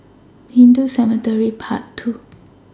Hindu Cemetery Path two